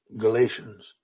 Galatians